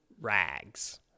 rags